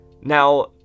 Now